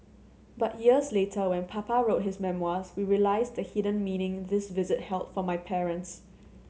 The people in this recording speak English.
but years later when Papa wrote his memoirs we realised the hidden meaning this visit held for my parents